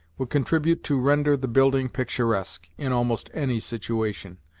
would contribute to render the building picturesque in almost any situation,